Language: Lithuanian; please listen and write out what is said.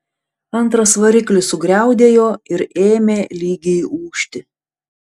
antras variklis sugriaudėjo ir ėmė lygiai ūžti